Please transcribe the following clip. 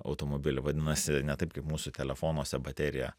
automobilį vadinasi ne taip kaip mūsų telefonuose baterija